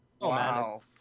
Wow